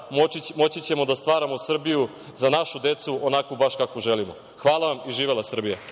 moći ćemo da stvaramo Srbiju za našu decu onakvu baš kakvu želimo. Hvala vam. Živela Srbija.